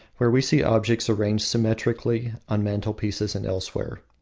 where we see objects arrayed symmetrically on mantelpieces and elsewhere.